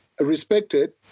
respected